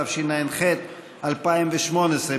התשע"ח 2018,